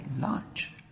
lunch